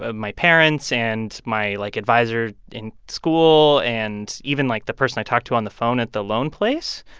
ah my parents and my, like, adviser in school and even, like, the person i talked to on the phone at the loan place,